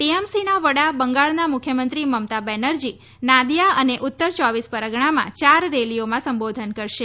ટીએમસીના વડા બંગાળના મુખ્યમંત્રી મમતા બેનર્જી નાદીયા અને ઉત્તર ચોવીસ પરગણામાં યાર રેલીઓમાં સંબોધન કરશે